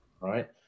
right